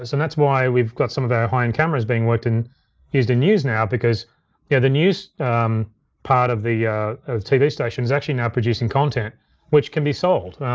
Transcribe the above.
and that's why we've got some of our high-end cameras being worked and used in news now, because yeah the news part of the tv station is actually now producing content which can be sold.